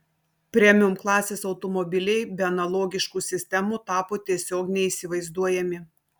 premium klasės automobiliai be analogiškų sistemų tapo tiesiog neįsivaizduojami